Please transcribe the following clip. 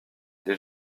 les